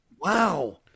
Wow